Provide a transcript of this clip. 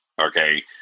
okay